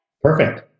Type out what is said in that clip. Perfect